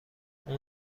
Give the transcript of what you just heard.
اون